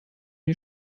die